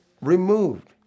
removed